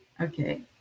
okay